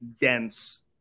dense